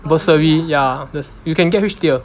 bursary ya you can get which tier